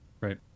Right